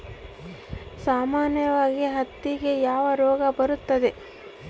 ಸಾಮಾನ್ಯವಾಗಿ ಹತ್ತಿಗೆ ಯಾವ ರೋಗ ಬರುತ್ತದೆ?